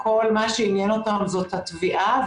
וכל מה שעניין אותם זאת התביעה.